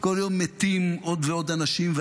כל יום מתים עוד ועוד אנשים,